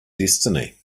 destiny